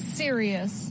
serious